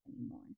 anymore